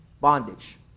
bondage